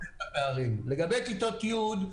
לגבי כיתות י',